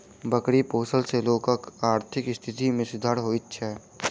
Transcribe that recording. बकरी पोसला सॅ लोकक आर्थिक स्थिति मे सुधार होइत छै